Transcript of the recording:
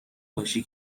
باشی